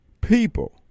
people